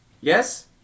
Yes